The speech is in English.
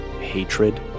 hatred